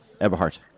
Eberhard